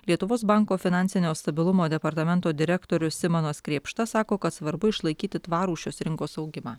lietuvos banko finansinio stabilumo departamento direktorius simonas krėpšta sako kad svarbu išlaikyti tvarų šios rinkos augimą